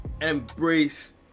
embrace